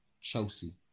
Chelsea